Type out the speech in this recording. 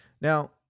Now